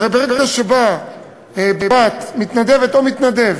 הרי ברגע שבאה בת מתנדבת או מתנדב